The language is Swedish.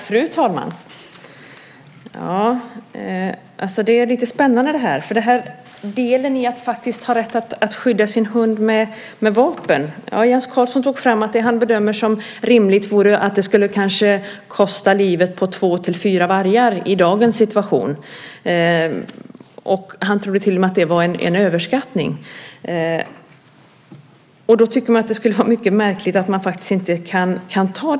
Fru talman! Frågan om att ha rätt att skydda sin hund med vapen är lite spännande. Jens Karlsson bedömer att det vore rimligt att det kostar livet för två till fyra vargar i dagens situation. Han tror till och med att det är en överskattning. Det är i så fall märkligt om inte den delen kan antas.